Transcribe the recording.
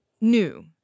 new